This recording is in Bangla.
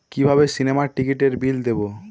কিভাবে সিনেমার টিকিটের বিল দেবো?